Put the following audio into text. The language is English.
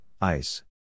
ice